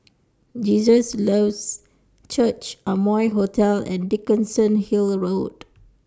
Jesus Lives Church Amoy Hotel and Dickenson Hill Road